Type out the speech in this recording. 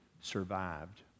survived